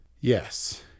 Yes